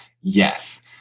Yes